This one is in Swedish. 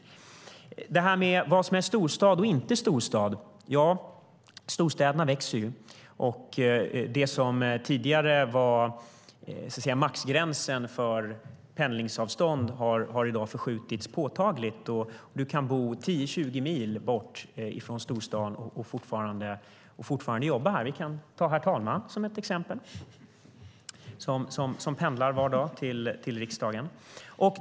När det gäller vad som är en storstad och inte växer ju storstäderna, och det som tidigare var så att säga maxgränsen för pendlingsavstånd har i dag förskjutits påtagligt. Du kan bo 10-20 mil från storstaden och fortfarande jobba här. Vi kan ta herr talmannen som exempel; han pendlar var dag till riksdagen.